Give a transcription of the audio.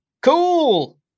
cool